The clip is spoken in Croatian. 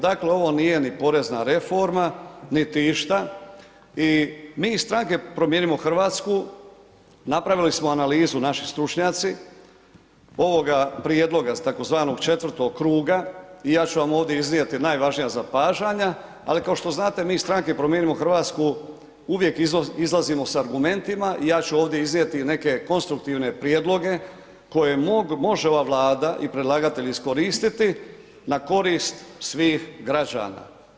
Dakle, ovo nije ni porezna reforma niti išta i mi iz stranke Promijenimo Hrvatsku napravili smo analizu, naši stručnjaci, ovoga prijedloga tzv. četvrtog kruga i ja ću vam ovdje iznijeti najvažnija zapažanja ali kao što znate, mi iz strane Promijenimo Hrvatsku uvijek izlazimo sa argumentima i ja ću ovdje iznijeti neke konstruktivne prijedloge koje može ova Vlada i predlagatelj iskoristiti na korist svih građana.